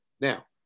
now